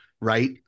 Right